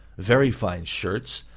very fine shirts,